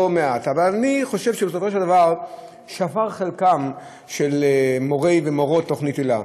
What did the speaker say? אבל אני חושב שבסופו של דבר שפר חלקם של מורות ומורי תוכנית היל"ה,